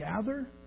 gather